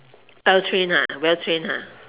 well trained ah well trained ah